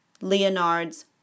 Leonard's